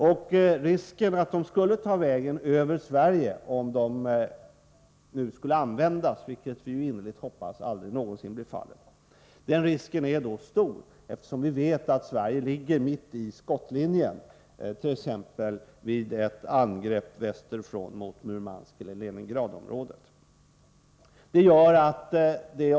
Och risken för att de gör det — om de skulle användas, vilket vi innerligt hoppas aldrig blir fallet — är stor eftersom Sverige ligger mitt i skottlinjen vidt.ex. ett angrepp västerifrån mot Murmansk eller Leningradsområdet.